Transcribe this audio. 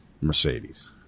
Mercedes